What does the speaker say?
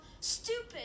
stupid